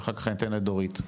ואחר כך ניתן לדורית.